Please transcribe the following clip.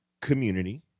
community